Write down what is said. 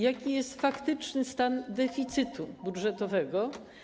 Jaki jest faktyczny stan deficytu budżetowego?